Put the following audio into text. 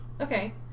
Okay